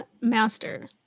master